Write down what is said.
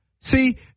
See